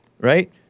right